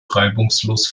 reibungslos